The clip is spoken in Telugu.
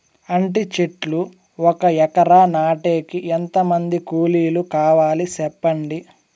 అంటి చెట్లు ఒక ఎకరా నాటేకి ఎంత మంది కూలీలు కావాలి? సెప్పండి?